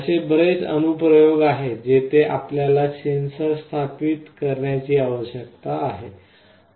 असे बरेच अनु प्रयोग आहेत जेथे आपल्याला सेन्सर स्थापित करण्याची आवश्यकता आहे